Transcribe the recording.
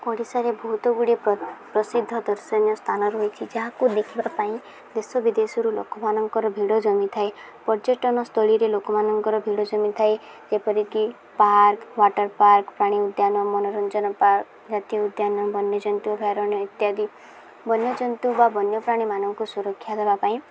ଓଡ଼ିଶାରେ ବହୁତ ଗୁଡ଼ିଏ ପ୍ରସିଦ୍ଧ ଦର୍ଶନୀୟ ସ୍ଥାନ ରହିଛି ଯାହାକୁ ଦେଖିବା ପାଇଁ ଦେଶ ବିଦେଶରୁ ଲୋକମାନଙ୍କର ଭିଡ଼ ଜମିଥାଏ ପର୍ଯ୍ୟଟନସ୍ଥଳୀରେ ଲୋକମାନଙ୍କର ଭିଡ଼ ଜମିଥାଏ ଯେପରିକି ପାର୍କ ୱାଟର ପାର୍କ ପ୍ରାଣୀ ଉଦ୍ୟାନ ମନୋରଞ୍ଜନ ପାର୍କ ଜାତୀୟ ଉଦ୍ୟାନ ବନ୍ୟଜନ୍ତୁ ଅଭୟାରଣ୍ୟ ଇତ୍ୟାଦି ବନ୍ୟଜନ୍ତୁ ବା ବନ୍ୟପ୍ରାଣୀମାନଙ୍କୁ ସୁରକ୍ଷା ଦେବା ପାଇଁ